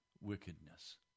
wickedness